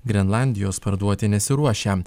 grenlandijos parduoti nesiruošia